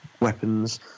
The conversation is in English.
weapons